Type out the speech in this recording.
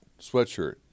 sweatshirt